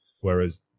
Whereas